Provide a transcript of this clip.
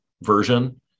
version